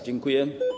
Dziękuję.